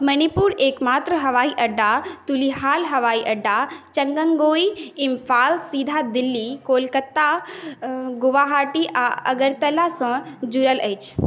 मणिपुर एकमात्र हवाई अड्डा तुलिहाल हवाई अड्डा चंगंगेई इम्फाल सीधा दिल्ली कोलकाता गुवाहाटी आ अगरतला सँ जुड़ल अछि